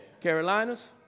Carolinas